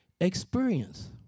experience